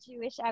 Jewish